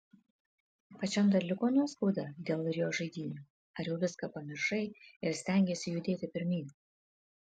pačiam dar liko nuoskauda dėl rio žaidynių ar jau viską pamiršai ir stengiesi judėti pirmyn